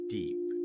deep